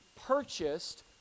purchased